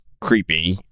creepy